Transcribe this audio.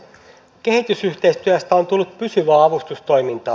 kehitysyhteistyöstä on tullut pysyvää avustustoimintaa